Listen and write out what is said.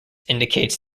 indicates